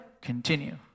continue